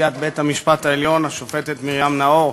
נשיאת בית-המשפט העליון השופטת מרים נאור,